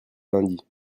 lundi